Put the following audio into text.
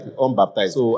unbaptized